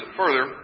further